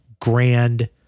grand